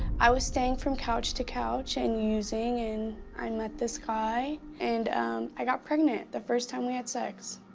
i was staying from couch to couch and using, and i met this guy. and i got pregnant the first time we had sex.